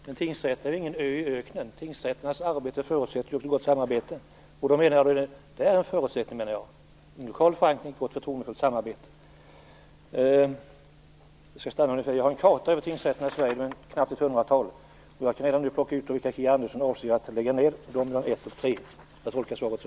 Herr talman! Tack och lov är det så. Tingsrätterna är inte någon ö i öknen. Tingsrätternas arbete förutsätter ett gott samarbete. Förutsättningarna är, menar jag, en lokal förankring och ett förtroendefullt samarbete. Jag har en karta över tingsrätterna i Sverige. Det finns knappt ett hundratal. Jag kan redan nu plocka ut vilka Kia Andreasson avser att lägga ned, nämligen de med en till tre domare. Jag tolkar svaret så.